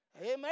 Amen